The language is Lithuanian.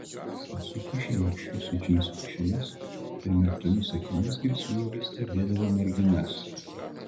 sukišę nykščius į džinsų kišenes primerktomis akimis grėsmingai stebėdavo merginas